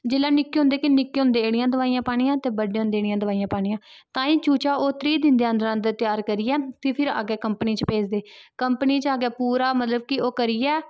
जिसलै मिक्के होंदे ते निक्के होंदे एह्कड़ी दवाईयां पानियां ते बड्डे होंदे एह्कड़ियां दवाईयां पानियां तांईं ओह् चूचा त्रीह् दिन दे अन्दर अन्दर तैयार करियै ते फिर अग्गैं कंपनी च भेजदे कंपनी चा मतलव कि ओह् पूरा करियै